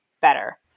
better